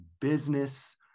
business